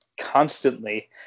constantly